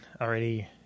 already